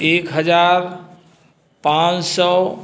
एक हजार पाँच सौ